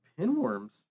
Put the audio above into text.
pinworms